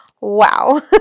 wow